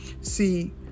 See